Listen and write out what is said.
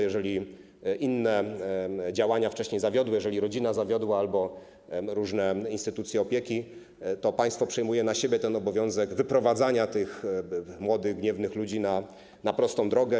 Jeżeli inne działania wcześniej zawiodły, jeżeli rodzina zawiodła albo różne instytucje opieki, to państwo przejmuje na siebie obowiązek wyprowadzania młodych, gniewnych ludzi na prostą drogę.